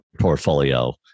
portfolio